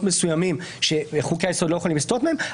מסוימים שחוקי היסוד לא יכולים לסטות מהם,